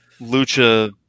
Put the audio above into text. Lucha